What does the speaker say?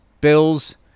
Bills